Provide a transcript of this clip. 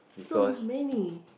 so many